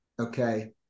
okay